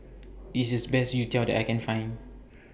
This IS The Best Youtiao that I Can Find